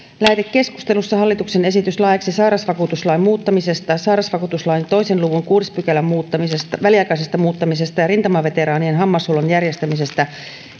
lähetekeskustelussa on hallituksen esitys laeiksi sairausvakuutuslain muuttamisesta sairausvakuutuslain kahden luvun kuudennen pykälän väliaikaisesta muuttamisesta ja rintamaveteraanien hammashuollon järjestämisestä